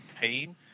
pain